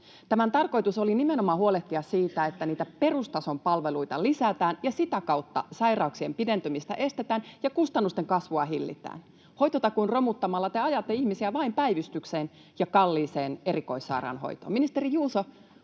Tämän tarkoitus oli nimenomaan huolehtia siitä, että niitä perustason palveluita lisätään ja sitä kautta sairauksien pidentymistä estetään ja kustannusten kasvua hillitään. Hoitotakuun romuttamalla te ajatte ihmisiä vain päivystykseen ja kalliiseen erikoissairaanhoitoon. Ministeri Juuso: